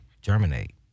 germinate